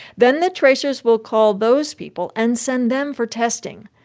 then the tracers will call those people and send them for testing.